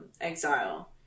exile